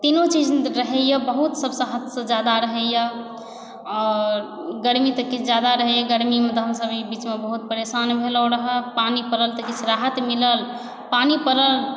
तिनू चीज रहैया बहुत सभसँ हदसँ ज्यादा रहैया आओर गर्मी तऽ किछु ज्यादा रहैया गर्मीमे तऽ हमसब ई बीचमे तऽ बहुत परेशान भेलहुँ रह पानि पड़ल तऽ किछु राहत मिलल पानि पड़ल